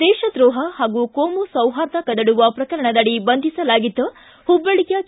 ದೇಶದ್ರೋಪ ಹಾಗೂ ಕೋಮು ಸೌಹಾರ್ದ ಕದಡುವ ಪ್ರಕರಣದಡಿ ಬಂಧಿಸಲಾಗಿದ್ದ ಹುಬ್ಬಳ್ಳಿಯ ಕೆ